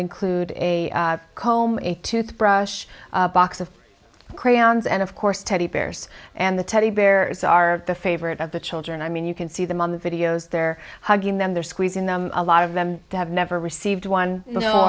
include a comb a tooth brush box of crayons and of course teddy bears and the teddy bears are the favorite of the children i mean you can see them on the videos they're hugging them they're squeezing them a lot of them have never received one